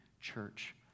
church